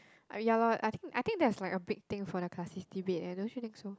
I ya lor I think I think that's like a big thing for the classist debate eh don't you think so